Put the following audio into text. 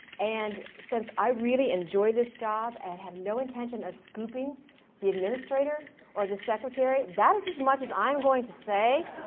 and since i really enjoy this job and have no intention of scoping the administrator or the secretary that is as much as i'm going to say